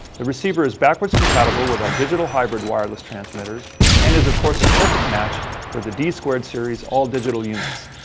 the receiver is backwards compatible with our digital hybrid wireless r transmitters and is of course a perfect match for the d squared series all-digital units.